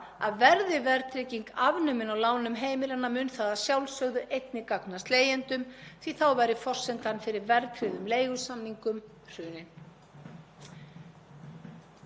Við sem þjóðfélag hljótum að geta fundið mannúðlegri leiðir til að hjálpa fólki inn á húsnæðismarkað en að festa það í verðtryggðri gildru fátæktar um alla framtíð.